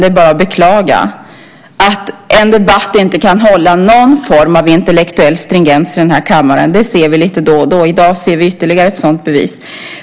Det är bara att beklaga att en debatt i denna kammare inte kan ha någon form av intellektuell stringens. Det ser vi lite då och då. I dag har vi ytterligare ett bevis på det.